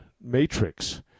matrix